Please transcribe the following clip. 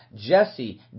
Jesse